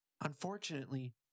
Unfortunately